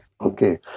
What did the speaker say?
Okay